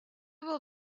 will